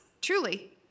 truly